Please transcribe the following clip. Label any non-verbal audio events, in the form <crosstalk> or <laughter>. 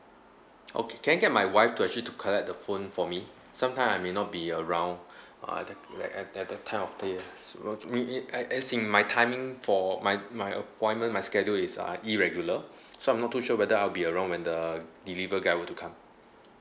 <noise> okay can I get my wife to actually to collect the phone for me sometime I may not be around <breath> uh at that at at at the time of the so me at I as in my timing for my my appointment my schedule is uh irregular so I'm not too sure whether I'll be around when the deliver guy were to come